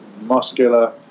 muscular